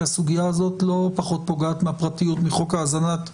כי הסוגיה הזאת לא פחות פוגעת בפרטיות מחוק האזנת סתר,